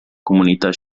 comunità